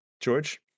george